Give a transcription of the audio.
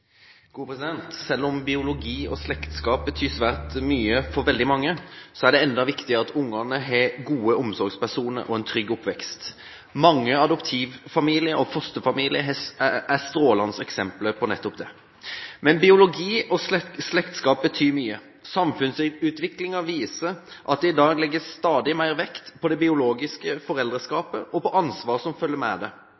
det enda viktigere at ungene har gode omsorgspersoner og en trygg oppvekst. Mange adoptivfamilier og fosterfamilier er strålende eksempler på nettopp det. Men biologi og slektskap betyr mye. Samfunnsutviklingen viser at det i dag legges stadig mer vekt på det biologiske